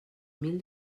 mil